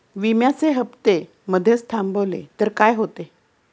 विम्याचे हफ्ते मधेच थांबवले तर काय होते?